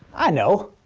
i know!